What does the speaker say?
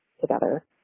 together